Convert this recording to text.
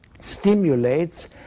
stimulates